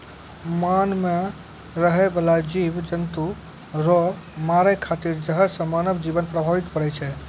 मान मे रहै बाला जिव जन्तु रो मारै खातिर जहर से मानव जिवन प्रभावित पड़ै छै